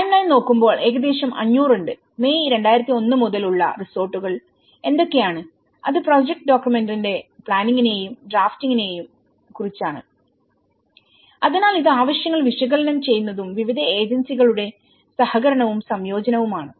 timeline നോക്കുമ്പോൾഏകദേശം 500 ഉണ്ട് May 2001 മുതൽ ഉള്ള റിസൾട്ടുകൾ എന്തൊക്കെയാണ് അത് പ്രോജക്റ്റ് ഡോക്യുമെന്റിന്റെ പ്ലാനിങ്ങിനെയും ഡ്രാഫ്റ്റിങ്ങിനെയും കുറിച്ച് ആണ് അതിനാൽ ഇത് ആവശ്യങ്ങൾ വിശകലനം ചെയ്യുന്നതും വിവിധ ഏജൻസികളുടെ സഹകരണവും സംയോജനവുമാണ്